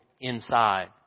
inside